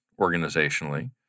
organizationally